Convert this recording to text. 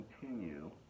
continue